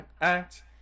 act